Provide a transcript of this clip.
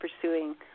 pursuing